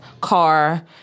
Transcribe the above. car